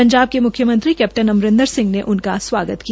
पंजाब के मुख्यमंत्री कैप्टन अमरिन्दर सिंह ने उनका स्वागत किया